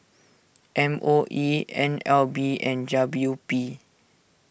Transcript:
M O E N L B and W P